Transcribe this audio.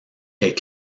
est